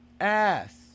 ASS